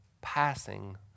passing